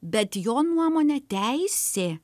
bet jo nuomone teisė